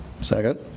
Second